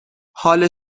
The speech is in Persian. حال